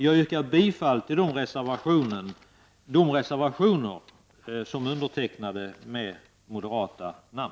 Jag yrkar bifall till de reservationer som undertecknats av moderater.